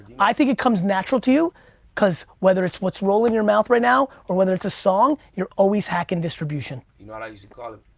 i think it comes natural to you cause whether it's what's rolled in your mouth right now or whether it's a song, you're always hacking distribution. you know i used to call it?